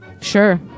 Sure